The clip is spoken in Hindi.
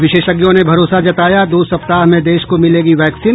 विशेषज्ञों ने भरोसा जताया दो सप्ताह में देश को मिलेगी वैक्सीन